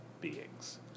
beings